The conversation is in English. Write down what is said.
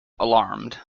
alarmed